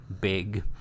big